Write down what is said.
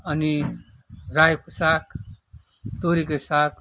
अनि रायोको साग तोरीको साग